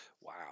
Wow